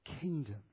kingdom